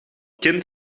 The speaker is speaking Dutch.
kind